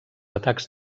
atacs